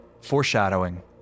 foreshadowing